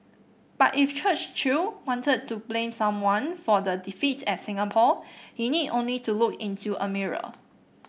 but if Churchill wanted to blame someone for the defeat at Singapore he need only to look into a mirror